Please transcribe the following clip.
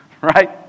right